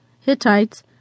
Hittites